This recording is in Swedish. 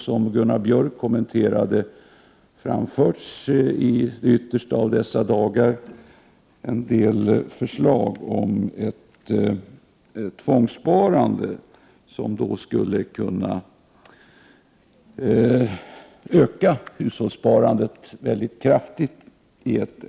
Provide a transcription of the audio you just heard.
Som Gunnar Björk sade har det i de yttersta av dessa dagar framförts vissa förslag om ett tvångssparande som i ett slag skulle kunna öka hushållssparandet mycket kraftigt.